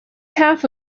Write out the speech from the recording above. half